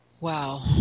Wow